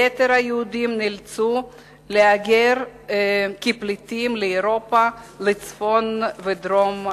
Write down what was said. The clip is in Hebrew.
יתר היהודים נאלצו להגר כפליטים לאירופה ולצפון ולדרום אמריקה.